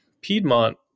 Piedmont